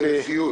נציג הנשיאות.